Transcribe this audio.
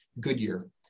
Goodyear